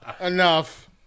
enough